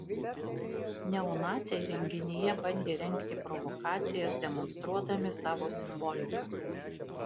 neonaciai renginyje bandė rengti provokacijas demonstruodami savo simboliką